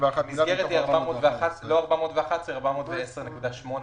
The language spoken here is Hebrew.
המסגרת היא 410.8 מיליארד,